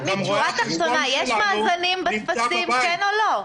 עמית, שורה תחתונה, יש מאזנים בטפסים, כן או לא?